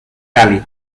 cali